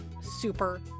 super